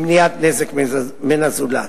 למניעת נזק מן הזולת,